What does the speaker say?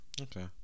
Okay